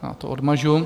Já to odmažu.